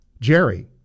Jerry